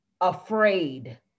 afraid